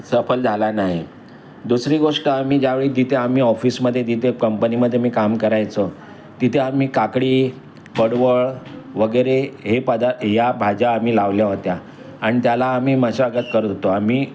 सफल झाला नाही दुसरी गोष्ट आम्ही ज्यावेळी तिथे आम्ही ऑफिसमध्ये तिथे कंपनीमध्ये मी काम करायचो तिथे आम्ही काकडी पडवळ वगैरे हे पदा या भाज्या आम्ही लावल्या होत्या आणि त्याला आम्ही मशागत करतो आम्ही